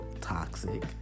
toxic